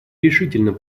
решительно